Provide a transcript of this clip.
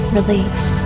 Release